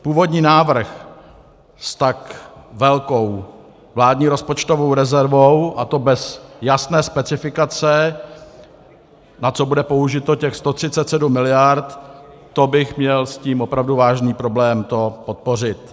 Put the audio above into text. Původní návrh s tak velkou vládní rozpočtovou rezervou, a to bez jasné specifikace, na co bude použito těch 137 miliard, to bych měl s tím opravdu vážný problém to podpořit.